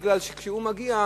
כי כשהוא מגיע,